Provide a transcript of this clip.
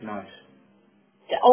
Nice